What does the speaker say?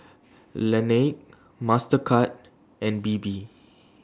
Laneige Mastercard and Bebe